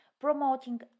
promoting